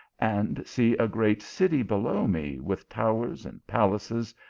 and see a great city below me with towers and palaces,